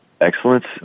excellence